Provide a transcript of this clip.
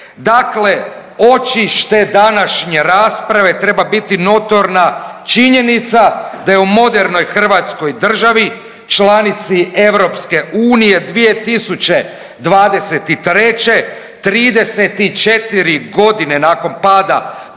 Dakle, očište današnje rasprave treba biti notorna činjenica da je u modernoj Hrvatskoj državi članici EU 2023. 34 godine nakon pada Berlinskoga